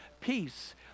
peace